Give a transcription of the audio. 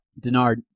Denard